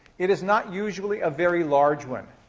it is not usually a very large one.